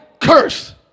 curse